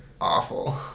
awful